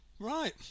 Right